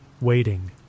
waiting